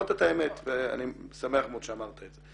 אתה אמרת את האמת ואני שמח מאוד שאמרת את זה.